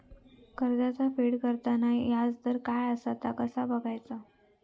कर्जाचा फेड करताना याजदर काय असा ता कसा बगायचा?